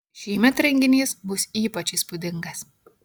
šįmet renginys bus ypač įspūdingas